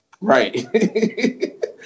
Right